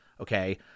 Okay